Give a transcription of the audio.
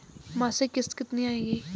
मासिक किश्त कितनी आएगी?